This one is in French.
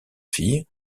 fille